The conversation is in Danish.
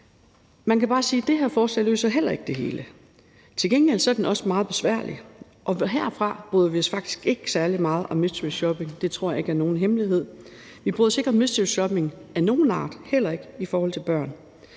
Man kan bare sige, at det her forslag jo heller ikke løser det hele. Til gengæld er det også meget besværligt, og herfra bryder vi os faktisk ikke særlig meget om mysteryshopping. Det tror jeg ikke er nogen hemmelighed. Vi bryder os ikke om mysteryshopping af nogen art, heller ikke i forhold til børn